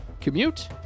commute